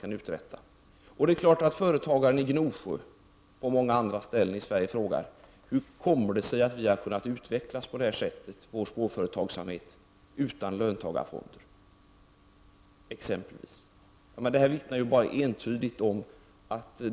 Det är självklart att företagare i Gnosjö och på många andra orter i Sverige frågar sig: Hur kommer det sig att vår småföretagsamhet har kunnat utveckla sig utan exempelvis löntagarfonder?